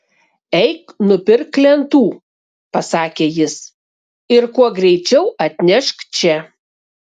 eik nupirk lentų pasakė jis ir kuo greičiau atnešk čia